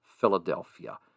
Philadelphia